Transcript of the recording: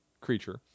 creature